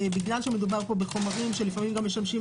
בגלל שמדובר פה בחומרים שמשמשים לפעמים